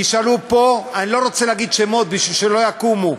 תשאלו פה, אני לא רוצה להגיד שמות, כדי שלא יקומו,